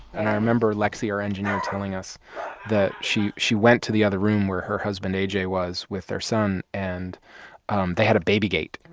i remember lexi, our engineer, telling us that she she went to the other room where her husband a j. was with their son. and they had a baby gate.